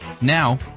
Now